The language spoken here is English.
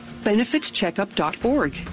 BenefitsCheckup.org